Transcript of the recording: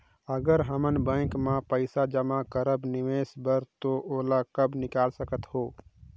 अगर हमन बैंक म पइसा जमा करब निवेश बर तो ओला कब निकाल सकत हो?